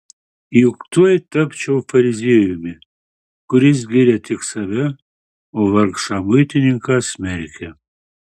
juk tuoj tapčiau fariziejumi kuris giria tik save o vargšą muitininką smerkia